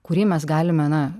kurį mes galime na